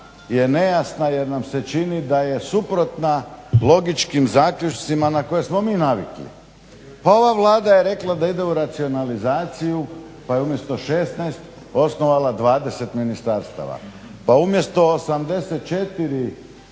je nejasna jer nam se čini da je suprotna logičkim zaključcima na koje smo mi navikli. Pa ova Vlada je rekla da ide u racionalizaciju, pa je umjesto 16 osnovala 20 ministarstava, pa umjesto 84